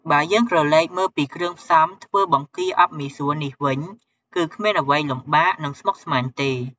បើយើងក្រឡេកមើលពីគ្រឿងផ្សំធ្វើបង្គាអប់មីសួរនេះវិញ គឺគ្មានអ្វីលំបាក និងស្មុគស្មាញទេ។